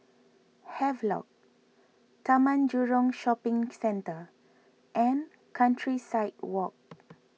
Havelock Taman Jurong Shopping Centre and Countryside Walk